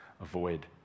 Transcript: avoid